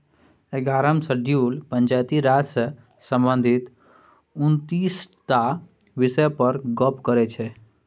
एगारहम शेड्यूल पंचायती राज सँ संबंधित उनतीस टा बिषय पर गप्प करै छै